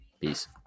Peace